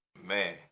man